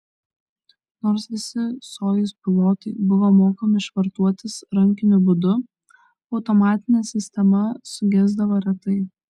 nors visi sojuz pilotai buvo mokomi švartuotis rankiniu būdu automatinė sistema sugesdavo retai